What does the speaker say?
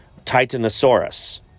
Titanosaurus